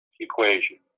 equation